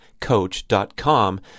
Coach.com